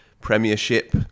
premiership